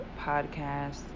podcast